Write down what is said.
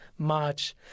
March